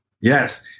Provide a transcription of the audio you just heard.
Yes